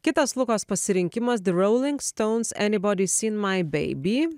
kitas lukos pasirinkimas the rolling stones anybody seen my baby